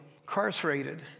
incarcerated